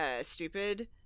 stupid